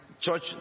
church